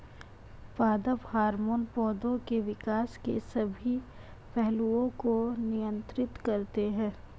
पादप हार्मोन पौधे के विकास के सभी पहलुओं को नियंत्रित करते हैं